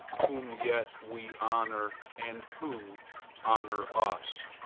whom yet we honor, and who honor us!